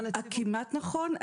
כמעט נכון.